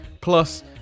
Plus